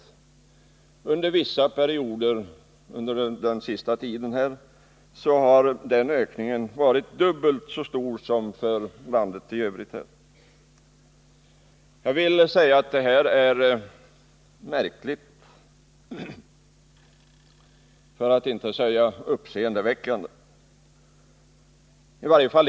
Under vissa perioder den senaste tiden har ökningen i Stockholms län varit dubbelt så stor som för landet i övrigt. Detta är märkligt, för att inte säga uppseendeväckande.